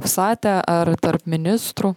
vsate ar tarp ministrų